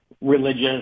religious